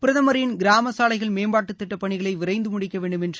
பிரதமரின் கிராம சாலைகள் மேம்பாட்டு திட்டப் பணிகளை விரைந்து முடிக்க வேண்டும் என்று